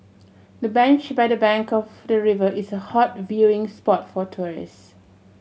the bench by the bank of the river is a hot viewing spot for tourists